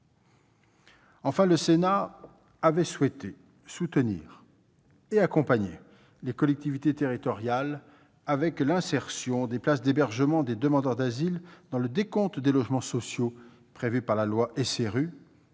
Enfin, le Sénat avait souhaité soutenir et accompagner les collectivités territoriales en proposant l'insertion des places d'hébergement des demandeurs d'asile dans le décompte des logements sociaux prévu par la loi